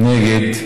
נגד,